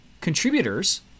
contributors